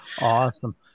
Awesome